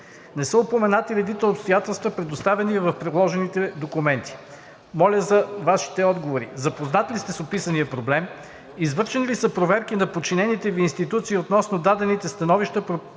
Не са упоменати редица обстоятелства, предоставени в приложените документи. Моля за Вашите отговори: запознат ли сте с описания проблем; извършени ли са проверки на подчинените Ви институции относно дадените становища